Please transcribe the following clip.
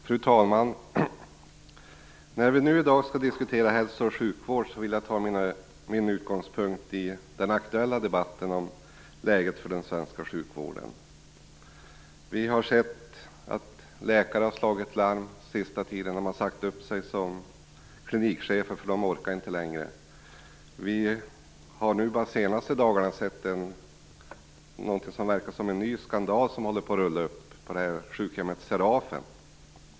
Fru talman! När vi nu i dag skall diskutera hälsooch sjukvård vill jag ta min utgångspunkt i den aktuella debatten om läget för den svenska sjukvården. Vi har sett att läkare har slagit larm den senaste tiden. De har sagt upp sig som klinikchefer därför att de inte orkar längre. Vi har de senaste dagarna sett någonting som verkar vara en ny skandal rulla upp på sjukhemmet Serafen.